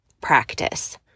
practice